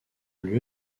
lieu